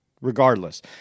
regardless